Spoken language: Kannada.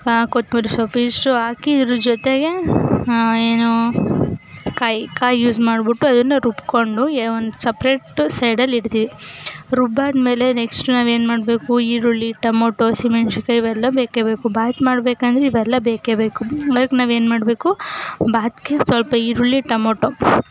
ಕೊತ್ತಂಬ್ರಿ ಸೊಪ್ಪು ಇದಿಷ್ಟು ಹಾಕಿ ಇದರ ಜೊತೆಗೆ ಏನು ಕಾಯಿ ಕಾಯಿ ಯೂಸ್ ಮಾಡ್ಬಿಟ್ಟು ಅದನ್ನು ರುಬ್ಬಿಕೊಂಡು ಏನು ಒಂದು ಸಪ್ರೇಟು ಸೈಡಲ್ಲಿ ಹಿಡ್ದಿ ರುಬ್ಬಾದಮೇಲೆ ನೆಕ್ಸ್ಟು ನಾವೇನು ಮಾಡಬೇಕು ಈರುಳ್ಳಿ ಟೊಮೊಟೊ ಹಸಿಮೆಣಸಿನ್ಕಾಯಿ ಇವೆಲ್ಲ ಬೇಕೇ ಬೇಕು ಬಾತು ಮಾಡಬೇಕಂದ್ರೆ ಇವೆಲ್ಲ ಬೇಕೇ ಬೇಕು ಈವಾಗ ನಾವೇನು ಮಾಡಬೇಕು ಬಾತಿಗೆ ಸ್ವಲ್ಪ ಈರುಳ್ಳಿ ಟೊಮೊಟೊ